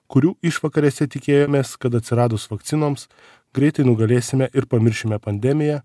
kurių išvakarėse tikėjomės kad atsiradus vakcinoms greitai nugalėsime ir pamiršime pandemiją